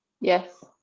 yes